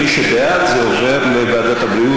מי שבעד, זה עובר לוועדת הבריאות.